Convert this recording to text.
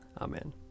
Amen